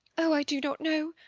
oh, i do not know!